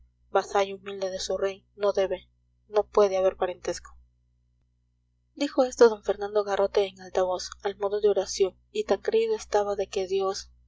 recto vasallo humilde de su rey no debe no puede haber parentesco dijo esto d fernando garrote en alta voz al modo de oración y tan creído estaba de que dios